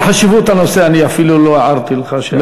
בגלל חשיבות הנושא אני אפילו לא הערתי לך שהזמן מסתיים.